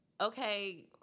okay